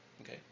Okay